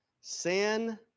sin